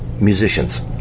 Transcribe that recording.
musicians